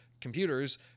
computers